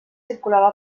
circulava